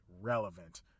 relevant